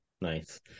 nice